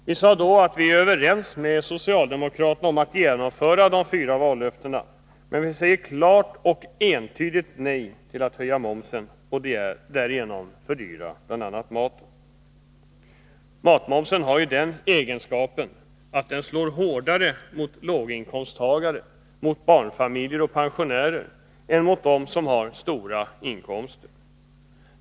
Vi sade då att vi är överens med socialdemokraterna om ett genomförande av de fyra vallöftena. Men vi säger klart och entydigt nej till att höja momsen och därigenom fördyra bl.a. maten. Matmomsen har ju den egenskapen att den slår hårdare mot låginkomsttagare, barnfamiljer och pensionärer än mot dem som har stora inkomster.